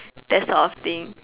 that sort of thing